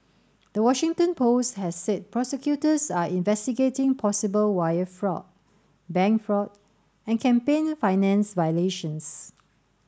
the Washington Post has said prosecutors are investigating possible wire fraud bank fraud and campaign finance violations